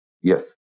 Yes